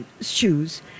shoes